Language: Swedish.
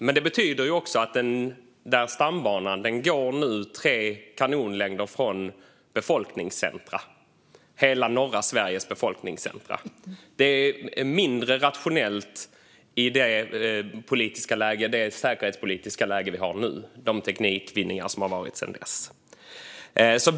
Men det betyder att stambanan nu går tre kanonlängder från hela norra Sveriges befolkningscentrum, vilket är mindre rationellt i det säkerhetspolitiska läge vi har nu och med de teknikvinningar som har skett sedan banan byggdes.